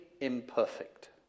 imperfect